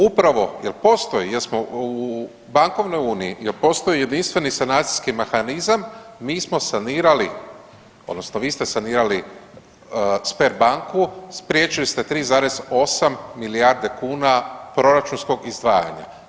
Upravo jel postoji jer smo u bankovnoj uniji jel postoji jedinstveni sanacijski mehanizam, mi smo sanirali, odnosno vi ste sanirali Sberbanku, spriječili ste 3,8 milijarde kuna proračunskog izdvajanja.